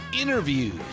Interviews